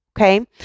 okay